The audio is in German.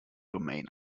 domain